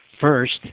First